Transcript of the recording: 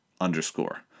underscore